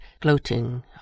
gloating